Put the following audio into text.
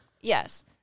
Yes